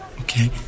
okay